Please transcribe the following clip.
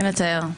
אין לתאר.